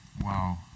Wow